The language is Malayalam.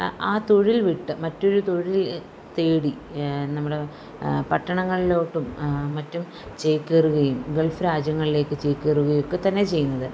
ആ ആ തൊഴിൽ വിട്ട് മറ്റൊരു തൊഴിൽ തേടി നമ്മുടെ പട്ടണങ്ങളിലോട്ടും മറ്റും ചേക്കേറുകയും ഗൾഫ് രാജ്യങ്ങളിലേക്ക് ചേക്കേറുകയൊക്കെ തന്നെ ചെയ്യുന്നത്